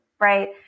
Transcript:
Right